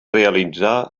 realitzar